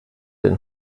den